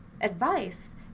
advice